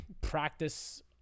practice